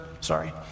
Sorry